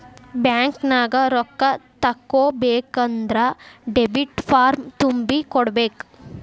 ಬ್ಯಾಂಕ್ನ್ಯಾಗ ರೊಕ್ಕಾ ತಕ್ಕೊಬೇಕನ್ದ್ರ ಡೆಬಿಟ್ ಫಾರ್ಮ್ ತುಂಬಿ ಕೊಡ್ಬೆಕ್